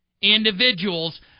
individuals